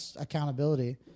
accountability